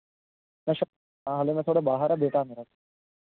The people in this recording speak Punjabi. ਅੱਛਾ ਹਾਲੇ ਮੈਂ ਥੋੜ੍ਹਾ ਬਾਹਰ ਹੈ ਬੇਟਾ ਹੈ ਮੇਰਾ